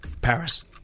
Paris